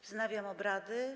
Wznawiam obrady.